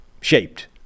shaped